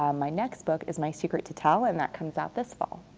um my next book is my secret to tell and that comes out this fall.